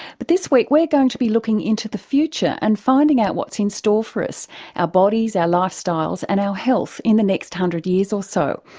but this week we're going to be looking into the future and finding out what's in store for us our bodies, our lifestyles and our health in the next one hundred years or so,